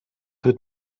would